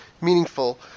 meaningful